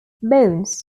bones